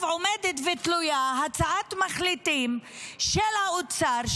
עכשיו עומדת ותלויה הצעת מחליטים של האוצר,